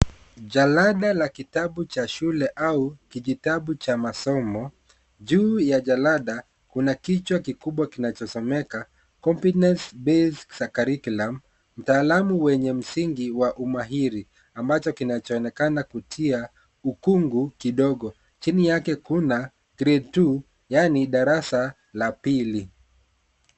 Jalada la kitabu cha shule au kijitabu cha masomo. Juu ya jalada kuna kichwa kikubwa kinachosomeka competence-based curriculum . Mtaalamu wenye msingi wa umahiri, ambacho kinachoonekana kutia ukungu kidogo. Chini yake kuna grade two , yaani darasa la pili.